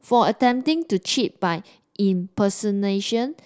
for attempting to cheat by impersonation